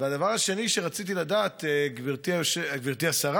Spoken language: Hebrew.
הדבר השני שרציתי לדעת, גברתי השרה,